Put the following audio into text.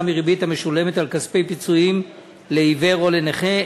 מריבית המשולמת על כספי פיצויים לעיוור או לנכה),